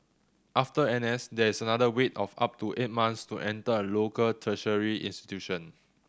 after N S there is another wait of up to eight months to enter a local tertiary institution